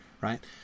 right